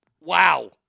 Wow